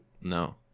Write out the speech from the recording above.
no